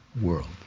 world